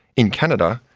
in canada,